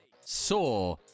saw